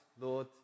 Lord